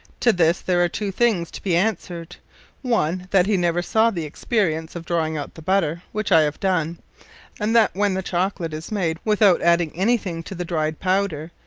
to this, there are two things to be answered one, that he never saw the experience of drawing out the butter, which i have done and that when the chocolate is made without adding any thing to the dryed powder,